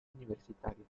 universitario